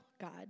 God